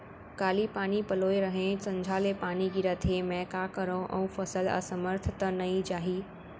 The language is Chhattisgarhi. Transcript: काली पानी पलोय रहेंव, संझा ले पानी गिरत हे, मैं का करंव अऊ फसल असमर्थ त नई जाही?